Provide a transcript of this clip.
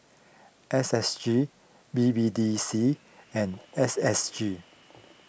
S S G B B D C and S S G